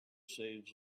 saves